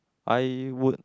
I would